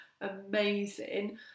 Amazing